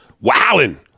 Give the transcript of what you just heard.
wowing